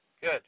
Good